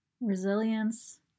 resilience